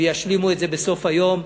וישלימו את זה בסוף היום.